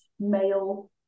male